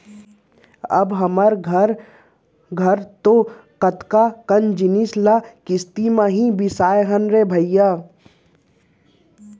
अब हमर घर तो कतका कन जिनिस ल किस्ती म ही बिसाए हन रे भई